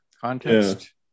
contest